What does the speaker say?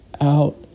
out